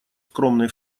скромный